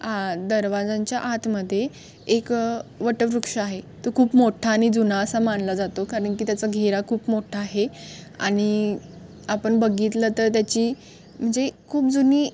आ दरवाजांच्या आतमध्ये एक वटवृक्ष आहे तो खूप मोठा आणि जुना असा मानला जातो कारण की त्याचा घेरा खूप मोठा आहे आणि आपण बघितलं तर त्याची म्हणजे खूप जुनी